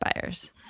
buyers